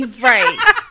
Right